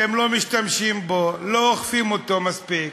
אתם לא משתמשים בו, לא אוכפים אותו מספיק.